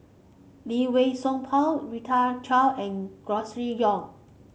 Lee Wei Song Paul Rita Chao and Grocery Yong